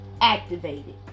activated